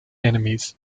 enemies